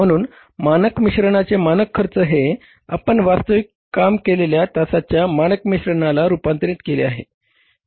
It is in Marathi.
म्हणून मानक मिश्रणाचे मानक खर्च हे आपण वास्तविक काम केलेल्या तासाच्या मानक मिश्रणाला रुपांतरीत केले आहे